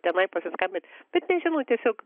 tenai pasiskambint bet nežinau tiesiog